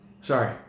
sorry